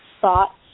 thoughts